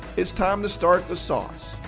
it's time to start the sauce.